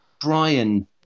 Brian